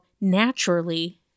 naturally